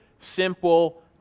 simple